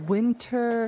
Winter